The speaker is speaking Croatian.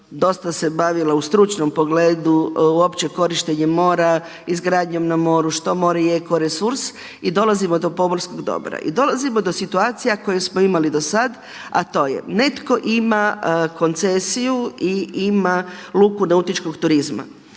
dosta se bavila u stručnom pogledu uopće korištenjem mora, izgradnjom na moru, što more je ko resurs i dolazimo do pomorskog dobra. I dolazimo do situacija koje smo imali do sad, a to je netko ima koncesiju i ima luku nautičkog turizma.